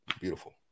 Beautiful